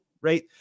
Right